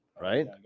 Right